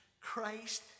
Christ